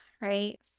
right